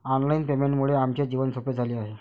online पेमेंटमुळे आमचे जीवन सोपे झाले आहे